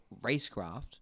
racecraft